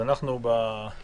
אנחנו לא